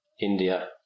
India